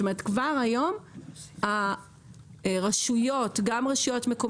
כלומר כבר היום רשויות מקומיות,